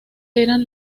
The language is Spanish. eran